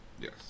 yes